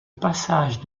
passage